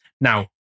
Now